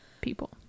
people